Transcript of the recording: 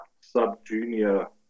sub-junior